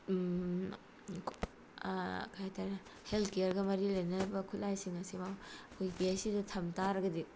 ꯀꯩꯍꯥꯏꯇꯥꯔꯦ health ꯀꯦꯌꯔꯒ ꯃꯔꯤ ꯂꯩꯅꯔꯤꯕ ꯈꯨꯠꯂꯥꯏꯁꯤꯡ ꯑꯁꯤꯃꯛ ꯑꯩꯈꯣꯏ ꯄꯤ ꯍꯩꯆ ꯁꯤꯗ ꯊꯝꯇꯥꯔꯒꯗꯤ